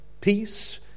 Peace